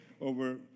over